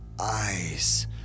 Eyes